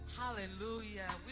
Hallelujah